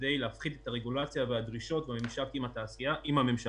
כדי להפחית את הרגולציה והדרישות בממשק עם הממשלה.